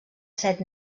set